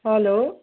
hello